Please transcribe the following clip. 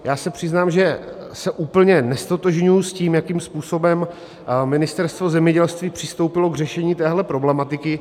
Já se přiznám, že se úplně neztotožňuji s tím, jakým způsobem Ministerstvo zemědělství přistoupilo k řešení téhle problematiky.